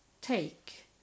take